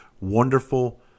wonderful